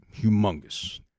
humongous